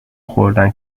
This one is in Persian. خوردن